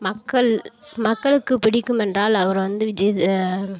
மக்கள் மக்களுக்கு பிடிக்குமென்றால் அவர் வந்து